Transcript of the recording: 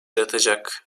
yaratacak